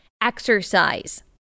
exercise